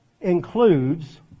includes